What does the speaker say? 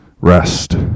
rest